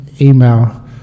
email